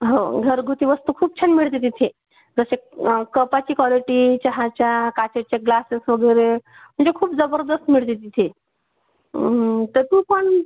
हो घरगुती वस्तू खूप छान मिळते तिथे जसे कपाची कॉलिटी चहाच्या काचेचे ग्लासेस वगैरे म्हणजे खूप जबरदस्त मिळते तिथे तर तू पण